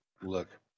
look